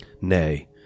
Nay